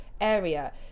area